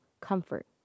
comfort